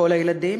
כל הילדים,